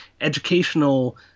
educational